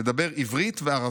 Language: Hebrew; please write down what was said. לדבר עברית וערבית,